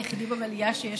המקום היחידי במליאה שיש